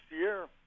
year